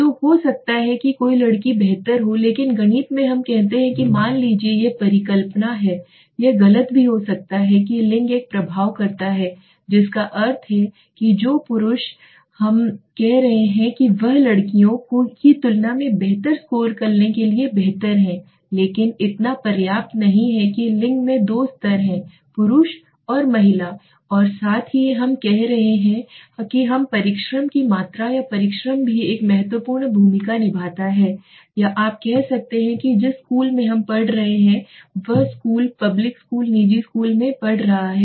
तो हो सकता है कि कोई लड़की बेहतर हो लेकिन गणित में हम कहते हैं कि मान लीजिए कि यह परिकल्पना है यह गलत भी हो सकता है कि लिंग एक प्रभाव करता है जिसका अर्थ है कि पुरुष जो हम कह रहे हैं वह है लड़कियों की तुलना में बेहतर स्कोर करने के लिए बेहतर है लेकिन इतना पर्याप्त नहीं है कि लिंग में दो स्तर हैं पुरुष और महिला हैं और साथ ही हम कह रहे हैं कि हम परिश्रम की मात्रा या परिश्रम भी एक महत्वपूर्ण भूमिका निभाता है या आप कह सकते हैं कि जिस स्कूल में हम पढ़ रहे हैं वह किस स्कूल पब्लिक स्कूल निजी स्कूल में पढ़ रहा है